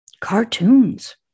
cartoons